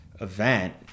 event